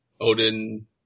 Odin